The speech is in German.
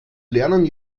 lernen